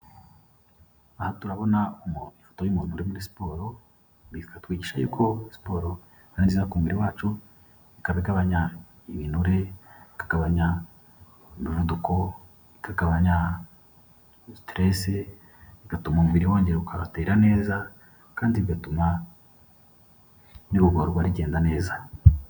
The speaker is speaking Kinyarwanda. Aha turabona ifoto y'umuntu uri muri siporo bikatwigisha yuko siporo ari nziza ku umubiri i wacu ikaba igabanya ibinure, ikagabanya umuvuduko,i ikagabanya siteresi, igatuma umubiri wongera ugatera neza kandi bigatuma n'igogorwa rigenda neza.